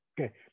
Okay